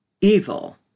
evil